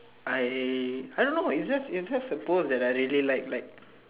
I I don't know it's just it's just a post I really like like